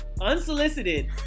unsolicited